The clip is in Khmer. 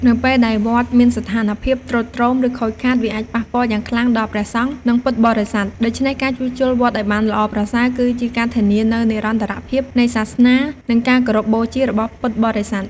នៅពេលដែលវត្តមានស្ថានភាពទ្រុឌទ្រោម ឬខូចខាត វាអាចប៉ះពាល់យ៉ាងខ្លាំងដល់ ព្រះសង្ឃ និង ពុទ្ធបរិស័ទ។ ដូច្នេះ ការជួសជុលវត្តឱ្យបានល្អប្រសើរ គឺជាការធានានូវនិរន្តរភាពនៃសាសនា និងការគោរពបូជារបស់ពុទ្ធបរិស័ទ។